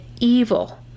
evil